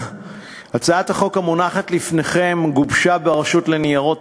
הצעת החוק המונחת לפניכם גובשה ברשות ניירות